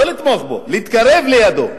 לא לתמוך בו, להתקרב אליו.